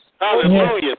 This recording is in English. Hallelujah